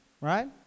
right